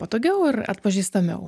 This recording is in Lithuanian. patogiau ir atpažįstamiau